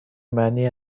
معنی